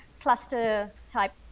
cluster-type